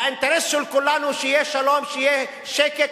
האינטרס של כולנו שיהיה שלום, שיהיה שקט.